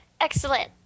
Excellent